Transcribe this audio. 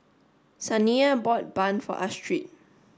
Saniya bought bun for Astrid